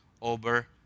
over